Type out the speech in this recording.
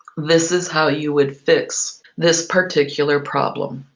this is how you would fix this particular problem.